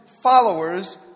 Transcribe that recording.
followers